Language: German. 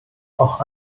auch